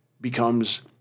becomes